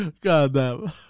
Goddamn